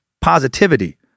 positivity